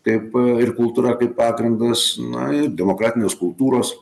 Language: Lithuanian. kaip ir kultūra kaip pagrindas na ir demokratinės kultūros